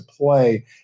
play